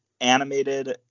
animated